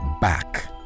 back